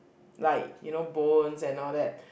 like you know bowls and all that